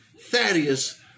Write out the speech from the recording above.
Thaddeus